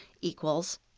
equals